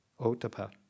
otapa